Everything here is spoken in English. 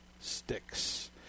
Sticks